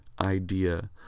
idea